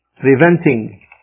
preventing